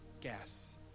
gas